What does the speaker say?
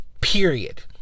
period